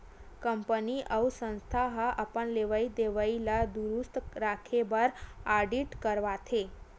company अउ संस्था ह अपन लेवई देवई ल दुरूस्त राखे बर आडिट करवाथे